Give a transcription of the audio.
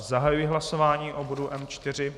Zahajuji hlasování o bodu M4.